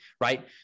right